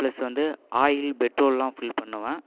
plus வந்து oil பெட்ரோல்லாம் fill பண்ணுவேன்